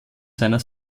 seiner